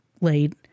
late